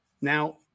Now